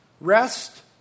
Rest